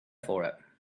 for